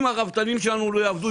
אם הרפתנים שלנו לא יעבדו,